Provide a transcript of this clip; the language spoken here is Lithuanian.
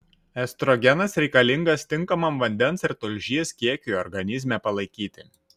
estrogenas reikalingas tinkamam vandens ir tulžies kiekiui organizme palaikyti